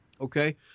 Okay